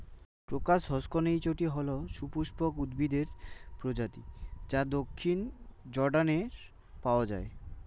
crocus হসকনেইচটি হল সপুষ্পক উদ্ভিদের প্রজাতি যা দক্ষিণ জর্ডানে পাওয়া য়ায়